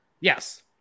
Yes